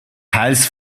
teils